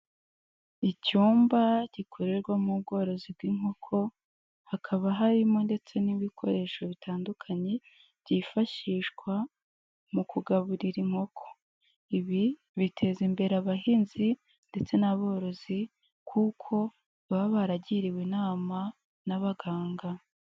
Icyumba gikorerwamo ubworozi bw'inkoko hakaba harimo ndetse n'ibikoresho bitandukanye byifashishwa mu kugaburira inkoko, ibi biteza imbere abahinzi ndetse n'aborozi kuko baba baragiriwe inama n'abaganga.